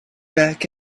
back